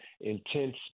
intense